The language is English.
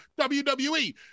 wwe